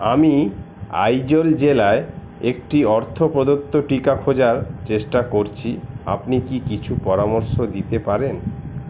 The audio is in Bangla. আমি আইজল জেলায় একটি অর্থপ্রদত্ত টিকা খোঁজার চেষ্টা করছি আপনি কি কিছু পরামর্শ দিতে পারেন